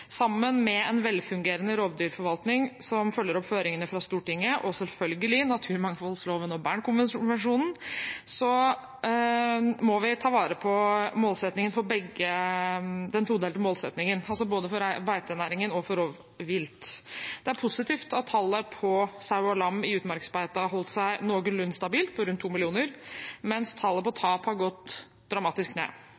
Sammen med en velfungerende rovdyrforvaltning som følger opp føringene fra Stortinget, og selvfølgelig naturmangfoldloven og Bernkonvensjonen, må vi ta vare på den todelte målsettingen, altså både for beitenæringen og for rovvilt. Det er positivt at tallet på sau og lam i utmarksbeite har holdt seg noenlunde stabilt, på rundt 2 millioner, mens tallet på